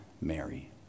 Mary